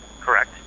Correct